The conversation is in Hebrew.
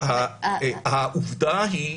העובדה היא,